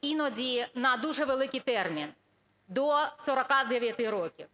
іноді на дуже великий термін – до 49 років.